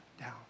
down